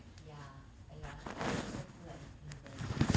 ya !aiya! I also feel like eating there